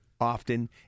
often